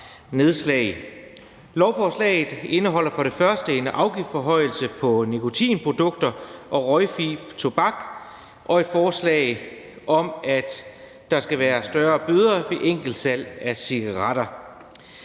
nedslag. Lovforslaget indeholder for det første en afgiftsforhøjelse på nikotinprodukter og røgfri tobak og et forslag om, at der skal være større bøder ved enkeltsalg af cigaretter.